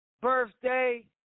birthday